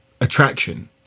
attraction